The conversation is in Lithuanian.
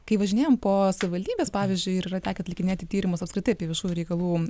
kai važinėjam po savivaldybes pavyzdžiui ir yra tekę atlikinėti tyrimus apskritai apie viešųjų reikalų